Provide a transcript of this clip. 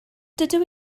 dydw